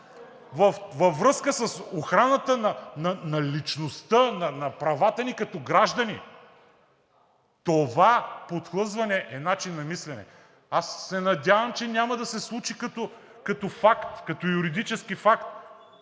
във връзка с охраната на личността, на правата ни като граждани! Това подхлъзване е начин на мислене. Аз се надявам, че няма да се случи като факт, като юридически факт,